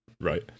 Right